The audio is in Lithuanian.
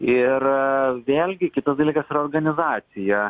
ir vėlgi kitas dalykas yra organizacija